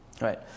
right